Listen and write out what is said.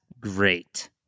great